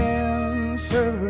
answer